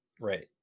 right